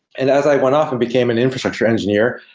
and as i went off and became an infrastructure engineer,